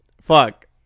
fuck